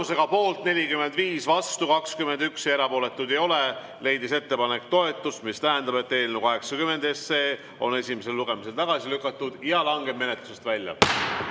Tulemusega poolt 47, vastuolijaid 27 ja erapooletuid ei ole, leidis ettepanek toetust, mis tähendab, et eelnõu 251 on esimesel lugemisel tagasi lükatud ja langeb menetlusest välja.